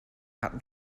hatten